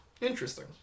Interesting